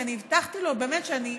כי אני הבטחתי לו באמת שאני,